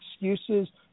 excuses